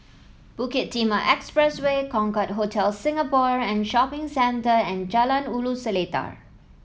Bukit Timah Expressway Concorde Hotel Singapore and Shopping Centre and Jalan Ulu Seletar